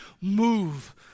move